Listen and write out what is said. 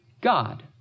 God